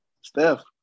Steph